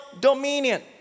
dominion